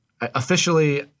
officially